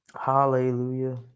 Hallelujah